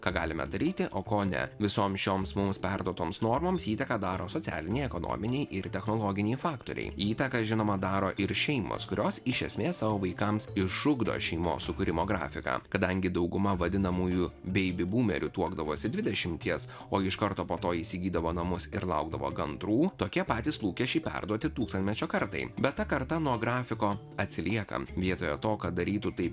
ką galime daryti o ko ne visoms šioms mums perduotoms normoms įtaką daro socialiniai ekonominiai ir technologiniai faktoriai įtaką žinoma daro ir šeimos kurios iš esmės savo vaikams išugdo šeimos sukūrimo grafiką kadangi dauguma vadinamųjų beibibumerių tuokdavosi dvidešimties o iš karto po to įsigydavo namus ir laukdavo gandrų tokie patys lūkesčiai perduoti tūkstantmečio kartai bet ta karta nuo grafiko atsilieka vietoje to ką darytų taip